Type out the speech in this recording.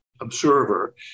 observer